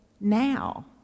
now